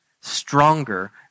stronger